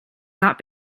not